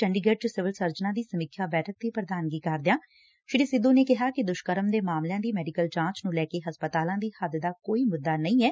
ਚੰਡੀਗਤੂ ਚ ਸਿਵਲ ਸਰਜਨਾਂ ਦੀ ਸਮੀਖਿਆ ਬੈਠਕ ਦੀ ਪ੍ਰਧਾਨਗੀ ਕਰਦਿਆਂ ਸ੍ਰੀ ਸਿੱਧੂ ਨੇ ਕਿਹਾ ਕਿ ਦੁਸ਼ਕਰਮ ਦੇ ਮਾਮਲਿਆਂ ਦੀ ਮੈਡੀਕਲ ਜਾਂਚ ਨੂੰ ਲੈ ਕੇ ਹਸਪਤਾਲਾਂ ਦੀ ਹੱਦ ਦਾ ਕੋਈ ਮੁੱਦਾ ਨਹੀ ਐ